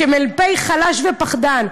שהמ"פ חלש ופחדן.